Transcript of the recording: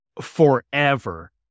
forever